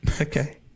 Okay